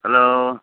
hello